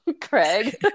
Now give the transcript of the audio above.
Craig